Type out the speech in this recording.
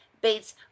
bates